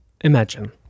Imagine